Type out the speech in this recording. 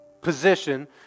position